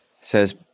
says